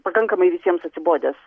pakankamai visiems atsibodęs